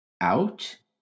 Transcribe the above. out